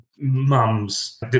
mums